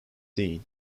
dean